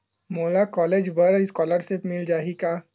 मोला कॉलेज बर स्कालर्शिप मिल जाही का?